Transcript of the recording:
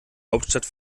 hauptstadt